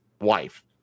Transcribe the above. wife